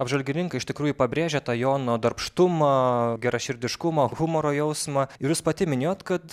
apžvalgininkai iš tikrųjų pabrėžia tą jono darbštumą geraširdiškumą humoro jausmą ir jūs pati minėjot kad